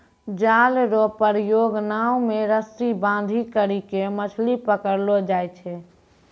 जाल रो प्रयोग नाव मे रस्सी बांधी करी के मछली पकड़लो जाय छै